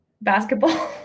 Basketball